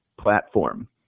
platform